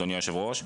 אדוני היושב-ראש,